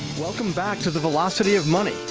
welcome back to the velocity of money,